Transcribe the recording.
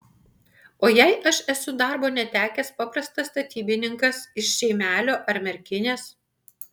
o jei aš esu darbo netekęs paprastas statybininkas iš žeimelio ar merkinės